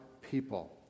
people